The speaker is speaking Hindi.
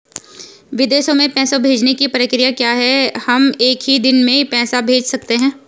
विदेशों में पैसे भेजने की प्रक्रिया क्या है हम एक ही दिन में पैसे भेज सकते हैं?